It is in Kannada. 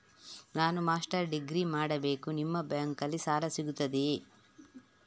ನಾನು ಮಾಸ್ಟರ್ ಡಿಗ್ರಿ ಮಾಡಬೇಕು, ನಿಮ್ಮ ಬ್ಯಾಂಕಲ್ಲಿ ಸಾಲ ಸಿಗುತ್ತದೆಯೇ?